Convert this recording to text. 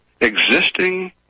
existing